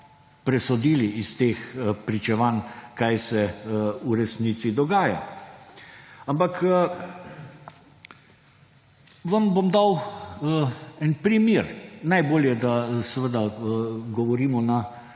presodili iz teh pričevanj, kaj se v resnici dogaja. Ampak vam bom dal en primer. Najbolje, da seveda govorimo o